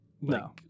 No